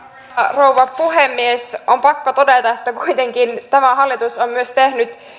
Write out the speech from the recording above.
rouva puhemies on pakko todeta että kuitenkin tämä hallitus on myös tehnyt